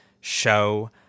show